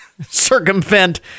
circumvent